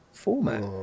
format